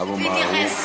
אבו מערוף.